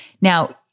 Now